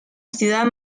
ciudad